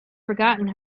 forgotten